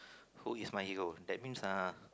who is my hero that means !huh!